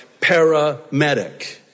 paramedic